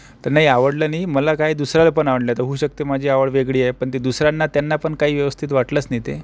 तर नाही आवडलं नाही मला काय दुसऱ्याला पण आवडलं आता होऊ शकतं माझी आवड वेगळी आहे पण ते दुसऱ्यांना त्यांना पण काही व्यवस्थित वाटलंच नाही ते